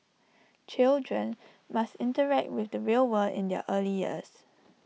children must interact with the real world in their early years